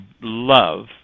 love